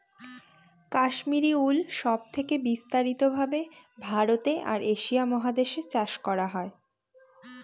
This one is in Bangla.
কাশ্মিরী উল সব থেকে বিস্তারিত ভাবে ভারতে আর এশিয়া মহাদেশে চাষ করা হয়